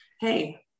Hey